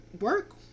work